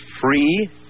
free